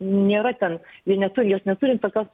nėra ten jie neturi jos neturi tokios